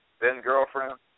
then-girlfriend